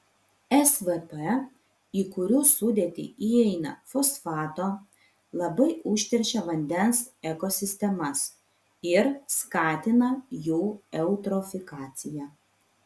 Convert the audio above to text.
svp į kurių sudėtį įeina fosfato labai užteršia vandens ekosistemas ir skatina jų eutrofikaciją